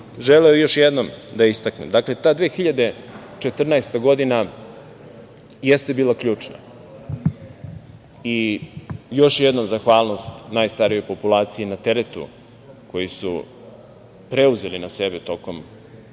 želeo još jednom da istaknem, ta 2014. godina jeste bila ključna i još jednom zahvalnost najstarijoj populaciji na teretu koji su preuzeli na sebe tokom